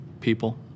people